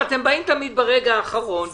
אתם באים תמיד ברגע האחרון.